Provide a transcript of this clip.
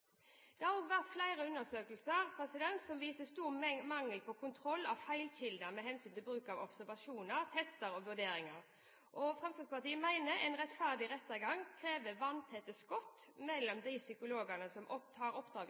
Det har også vært flere undersøkelser som viser stor mangel på kontroll av feilkilder med hensyn til bruk av observasjoner, tester og vurderinger. Fremskrittspartiet mener en rettferdig rettergang krever vanntette skott mellom de psykologene som tar